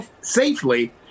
safely